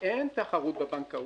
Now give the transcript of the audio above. שאין תחרות בבנקאות,